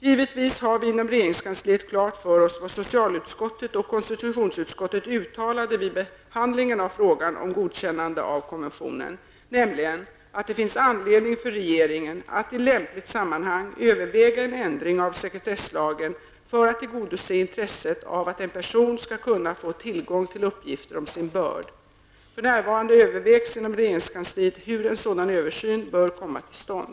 Givetvis har vi inom regeringskansliet klart för oss vad socialutskottet och konstitutionsutskottet uttalade vid behandlingen av frågan om godkännande av konventionen, nämligen att det finns anledning för regeringen att i lämpligt sammanhang överväga en ändring av sekretesslagen för att tillgodose intresset av att en person skall kunna få tillgång till uppgifter om sin börd. För närvarande övervägs inom regeringskansliet hur en sådan översyn bör komma till stånd.